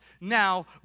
now